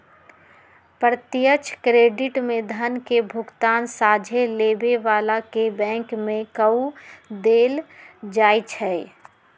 प्रत्यक्ष क्रेडिट में धन के भुगतान सोझे लेबे बला के बैंक में कऽ देल जाइ छइ